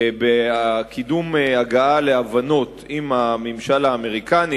והן בקידום הגעה להבנות עם הממשל האמריקני,